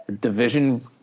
division